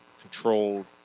controlled